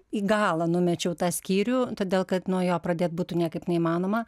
į galą numečiau tą skyrių todėl kad nuo jo pradėt būtų niekaip neįmanoma